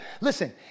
Listen